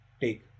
take